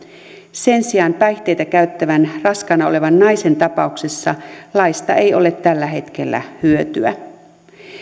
sen sijaan päihteitä käyttävän raskaana olevan naisen tapauksessa laista ei ole tällä hetkellä hyötyä